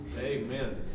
Amen